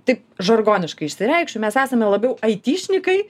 taip žargoniškai išsireikšiu mes esame labiau aitišnikai